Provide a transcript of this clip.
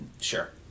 sure